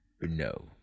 No